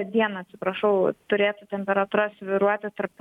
dieną atsiprašau turėtų temperatūra svyruoti tarp